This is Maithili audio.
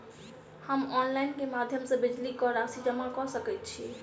हम ऑनलाइन केँ माध्यम सँ बिजली कऽ राशि जमा कऽ सकैत छी?